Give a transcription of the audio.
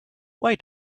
why